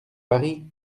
paris